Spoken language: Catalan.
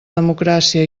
democràcia